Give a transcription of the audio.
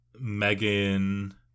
Megan